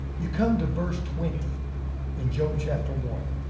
you come to verse twenty in job chapter one.